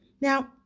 now